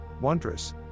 wondrous